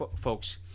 folks